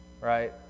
Right